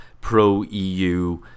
pro-EU